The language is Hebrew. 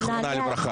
זיכרונה לברכה.